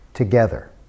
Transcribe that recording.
together